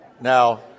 Now